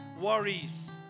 worries